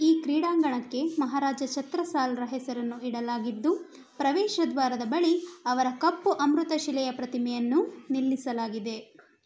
ಈ ಕ್ರೀಡಾಂಗಣಕ್ಕೆ ಮಹಾರಾಜ ಚತ್ರಸಾಲ್ರ ಹೆಸರನ್ನು ಇಡಲಾಗಿದ್ದು ಪ್ರವೇಶ ದ್ವಾರದ ಬಳಿ ಅವರ ಕಪ್ಪು ಅಮೃತ ಶಿಲೆಯ ಪ್ರತಿಮೆಯನ್ನು ನಿಲ್ಲಿಸಲಾಗಿದೆ